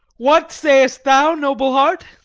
what say'st thou, noble heart?